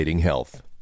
health